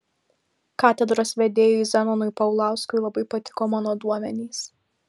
katedros vedėjui zenonui paulauskui labai patiko mano duomenys